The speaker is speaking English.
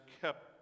kept